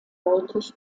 deutlich